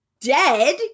dead